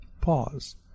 Pause